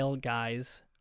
Guys